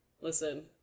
Listen